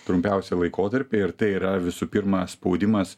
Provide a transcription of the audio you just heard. trumpiausią laikotarpį ir tai yra visų pirma spaudimas